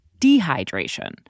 Dehydration